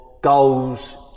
Goals